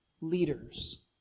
leaders